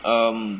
um